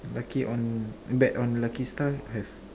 lucky on bet on lucky star have